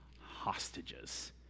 hostages